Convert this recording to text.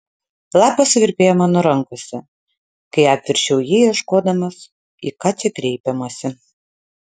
lapas suvirpėjo mano rankose kai apverčiau jį ieškodamas į ką čia kreipiamasi